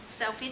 Selfie